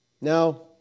Now